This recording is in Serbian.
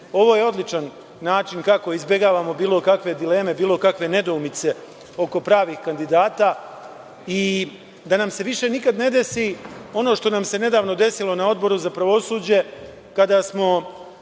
je odličan način kako izbegavamo bilo kakve dileme, bilo kakve nedoumice oko pravih kandidata i da nam se više nikada ne desi ono što nam se nedavno desilo na Odboru za pravosuđe kada smo